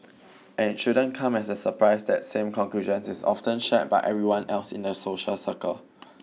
and it shouldn't come as a surprise that same conclusions is often shared by everyone else in their social circle